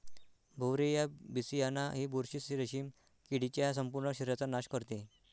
Beauveria bassiana ही बुरशी रेशीम किडीच्या संपूर्ण शरीराचा नाश करते